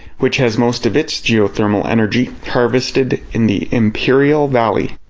which has most of its geothermal energy harvested in the imperial valley.